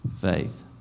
faith